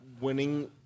winning